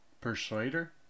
persuader